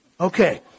Okay